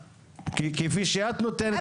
כפי שאת נותנת כלפיו.